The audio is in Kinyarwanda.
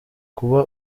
kuba